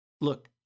look